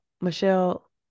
michelle